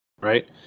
right